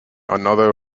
another